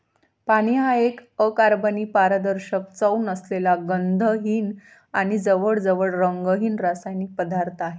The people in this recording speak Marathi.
पाणी हा एक अकार्बनी, पारदर्शक, चव नसलेला, गंधहीन आणि जवळजवळ रंगहीन रासायनिक पदार्थ आहे